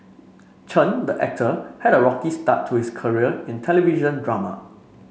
Chen the actor had a rocky start to his career in television drama